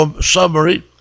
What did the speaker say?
summary